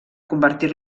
convertir